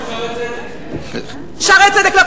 גם ב"שערי צדק".